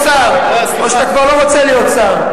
או שאתה כבר לא רוצה להיות שר?